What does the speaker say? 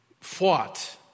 fought